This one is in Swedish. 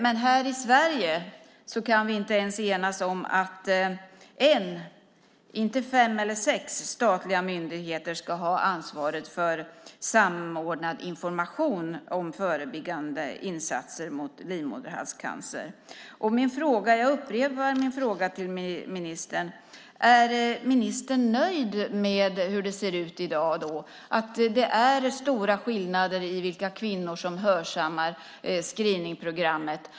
Men här i Sverige kan vi inte ens enas om att en - inte fem eller sex - statlig myndighet ska ha ansvaret för samordnad information om förebyggande insatser mot livmoderhalscancer. Jag upprepar min fråga till ministern: Är ministern nöjd med hur det ser ut i dag? Det är stora skillnader i vilka kvinnor som hörsammar screeningprogrammet.